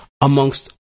amongst